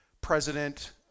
President